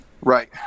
Right